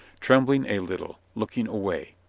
trembling a little, looking away.